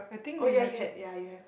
oh ya you had ya you have